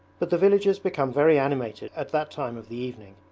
but the villages become very animated at that time of the evening.